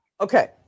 Okay